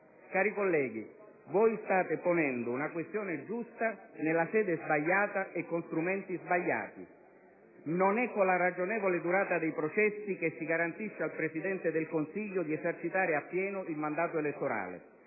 Cari colleghi, voi state ponendo una questione giusta nella sede sbagliata e con strumenti sbagliati. Non è con la ragionevole durata dei processi che si garantisce al Presidente del Consiglio di esercitare appieno il mandato elettorale.